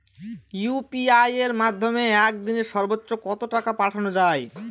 UPI এর মাধ্যমে এক দিনে সর্বচ্চ কত টাকা পাঠানো যায়?